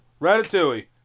ratatouille